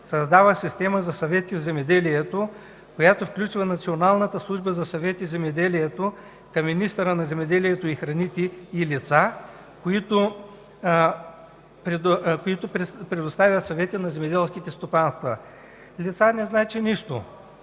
създава Система за съвети в земеделието, която включва Националната служба за съвети в земеделието към министъра на земеделието и храните и лица, които предоставят съвети на земеделските стопанства”. „Лица” не значи нищо